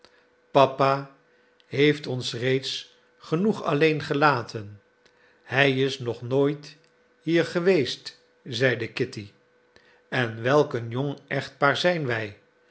papa heeft ons reeds genoeg alleen gelaten hij is nog nooit hier geweest zeide kitty en welk een jong echtpaar zijn wij